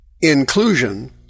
inclusion